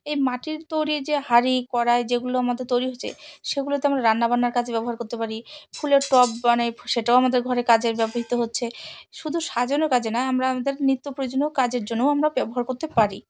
এই মাটির তৈরি যে হাঁড়ি কড়াই যেগুলো আমাদের তৈরি হচ্ছে সেগুলোতে আমরা রান্নাবান্নার কাজে ব্যবহার করতে পারি ফুলের টব বানাই সেটাও আমাদের ঘরে কাজের ব্যবহৃত হচ্ছে শুধু সাজানোর কাজে না আমরা আমাদের নিত্য প্রয়োজনীয় কাজের জন্যও আমরা ব্যবহার করতে পারি